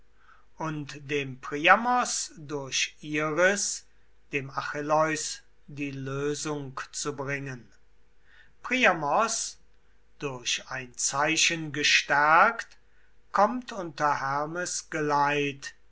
und dem priamos durch iris dem achilleus die lösung zu bringen priamos durch ein zeichen gestärkt kommt unter hermes geleit